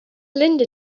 linda